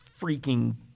freaking